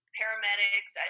paramedics